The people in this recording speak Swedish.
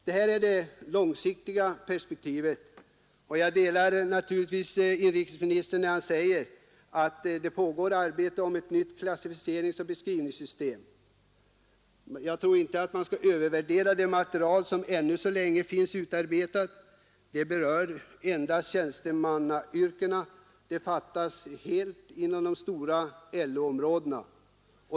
Det här är det långsiktiga perspektivet, och jag instämmer naturligtvis med inrikesministern när han säger att det pågår arbete med ett nytt klassificeringsoch beskrivningssystem. Jag tror inte att man skall övervärdera det material som än så länge finns utarbetat — det berör endast tjänstemannayrkena, och klassificering saknas helt inom de stora LO-områdena.